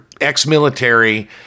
ex-military